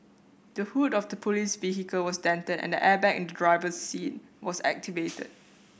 the hood of the police vehicle was dented and the airbag in the driver's seat was activated